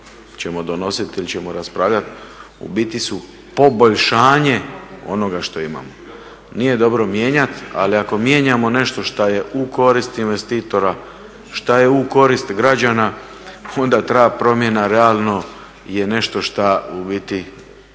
ćemo donositi ili ćemo raspravljati u biti su poboljšanje onoga što imamo. Nije dobro mijenjati, ali ako mijenjamo nešto što je u korist investitora, šta je u korist građana onda treba promjena realno je nešto što u biti